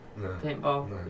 paintball